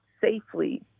safely